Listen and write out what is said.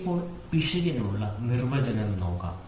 ഇപ്പോൾ പിശകിനുള്ള നിർവചനം നോക്കാം